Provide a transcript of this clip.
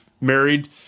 married